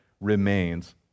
remains